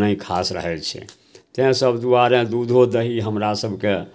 नहि खास रहै छै ताहि सभ दुआरे दूधो दही हमरासभके